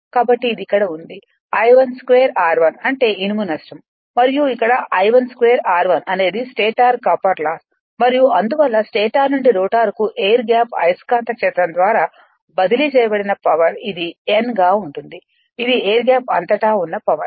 కాబట్టి ఇది ఇక్కడ ఉంది Ii2 Ri అంటే ఇనుము నష్టం మరియు ఇక్కడI12r1 అనేది స్టేటర్ కాపర్ లాస్ మరియు అందువల్ల స్టేటర్ నుండి రోటర్కు ఎయిర్ గ్యాప్ అయస్కాంత క్షేత్రం ద్వారా బదిలీ చేయబడిన పవర్ ఇది n గా ఉంటుంది ఇది ఎయిర్ గ్యాప్ అంతటా ఉన్న పవర్